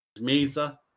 Mesa